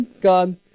Gone